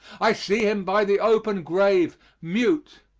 i see him by the open grave mute,